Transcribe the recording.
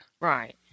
Right